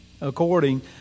according